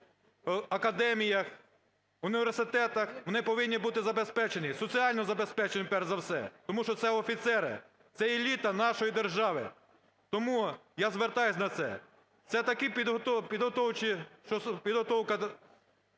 академіях, університетах, вони повинні бути забезпечені, соціально забезпечені, перш за все, тому що це офіцери, це еліта нашої держави. Тому я звертаюсь на це, це така підготовка спеціальностей